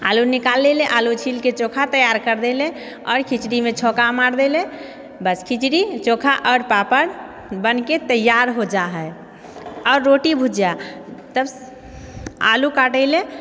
आलू निकाल लेलै आलू छीलके चोखा तैयार कर देलै आओर खिचड़ीमे छौङ्का मारि देलै बस खिचड़ी चोखा आओर पापड़ बनिके तैयार हो जा है आओर रोटी भुजिया आलू काटै लए